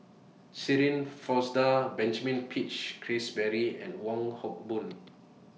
Shirin Fozdar Benjamin Peach Keasberry and Wong Hock Boon